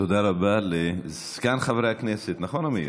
תודה רבה לזקן חברי הכנסת, נכון, עמיר?